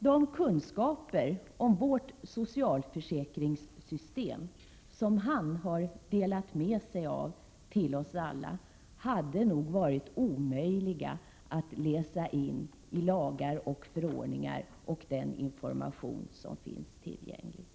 De kunskaper om vårt socialförsäkringssystem som han har delat med sig av till oss alla hade nog varit omöjliga att läsa in via lagar och förordningar och den information som finns tillgänglig.